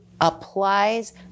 applies